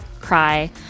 cry